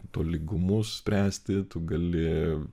tolygumus spręsti tu gali